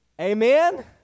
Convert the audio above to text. Amen